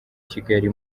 kigali